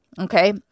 okay